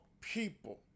people